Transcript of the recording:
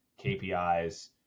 KPIs